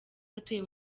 atuye